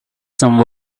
some